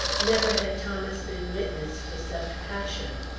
never had thomas been witness to such passion.